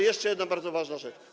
Jeszcze jedna bardzo ważna rzecz.